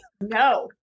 no